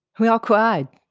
we all cried.